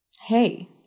hey